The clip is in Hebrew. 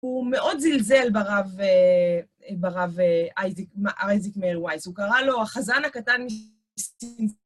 הוא מאוד זלזל ברב אייזק מאיר ווייס, הוא קרא לו, החזן הקטן מייסטינס,